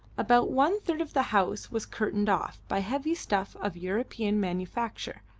about one third of the house was curtained off, by heavy stuff of european manufacture,